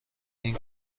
این